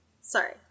Sorry